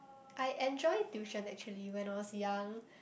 I enjoy tuition actually when I was young